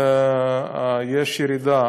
יש ירידה.